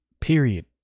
period